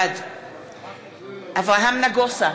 בעד אברהם נגוסה,